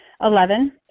Eleven